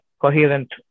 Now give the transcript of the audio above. coherent